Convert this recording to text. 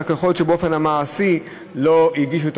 רק יכול להיות שבאופן מעשי לא הגישו את